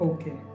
Okay